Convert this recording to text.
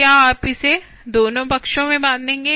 क्या आप इसे दोनों पक्षों में बाँधेंगे